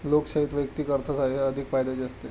लोकशाहीत वैयक्तिक अर्थसाहाय्य अधिक फायद्याचे असते